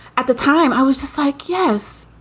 at the time, i was just like, yes,